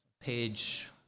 page